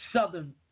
Southern